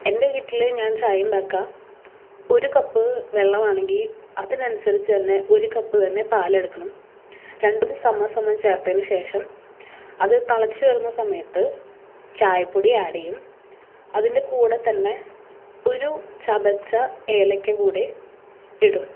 എൻ്റെ വീട്ടിൽ ഞാൻ ചായണ്ടാക്കാൻ ഒരു കപ്പ് വെള്ളമാണെങ്കിൽ അതിനനുസരിച്ച് തന്നെ ഒരു കപ്പ് തന്നെ പാൽ എടുക്കണം രണ്ടും സമാസമം ചേർത്തതിന് ശേഷം അത് തിളച്ച് വരുന്ന സമയത്ത് ചായ പൊടി ആഡ് ചെയ്യും അതിൻ്റെ കൂടെ തന്നെ ഒരു ചതച്ച ഏലക്ക കൂടെ ഇടും